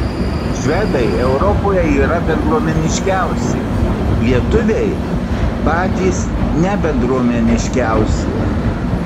švedai europoje yra bendruomeniškiausi lietuviai patys nebendruomeniškiausi